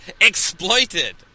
exploited